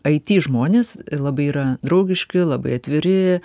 it žmonės labai yra draugiški labai atviri